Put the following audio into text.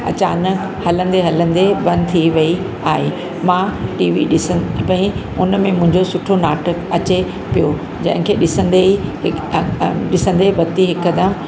अचानक हलंदे हलंदे बंदि थी वई आहे मां टी वी ॾिसां पई उन में मुंहिंजो सुठो नाटक अचे पियो जंहिं खे ॾिसंदे ई हिकु ॾिसंदे बत्ती हिकदमि